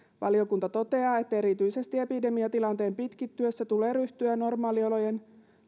valiokunta toteaa että erityisesti epidemiatilanteen pitkittyessä tulee ryhtyä normaaliolojen